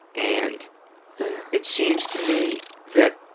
and it seems to me that